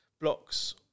blocks